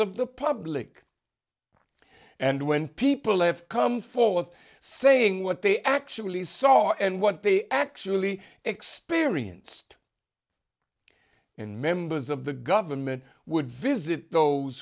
of the public and when people have come forth saying what they actually saw and what they actually experienced and members of the government would visit those